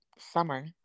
summer